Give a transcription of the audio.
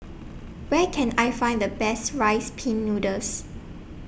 Where Can I Find The Best Rice Pin Noodles